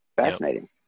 fascinating